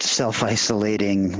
self-isolating